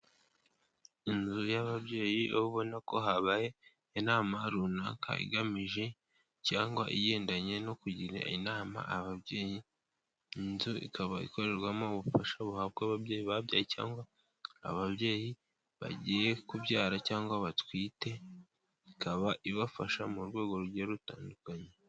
Inzu y'ababyeyi aho ubona ko habaye inama runaka igamije cyangwa igendanye no kugira inama ababyeyi, inzu ikaba ikorerwamo ubufasha buhabwa ababyeyi babyaye cyangwa ababyeyi bagiye kubyara cyangwa batwite, ikaba ibafasha mu rwego rugiye rutandukanye.